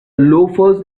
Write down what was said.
loafers